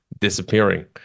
disappearing